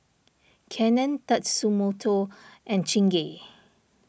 Canon Tatsumoto and Chingay